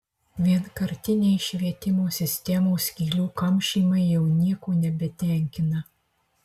vienkartiniai švietimo sistemos skylių kamšymai jau nieko nebetenkina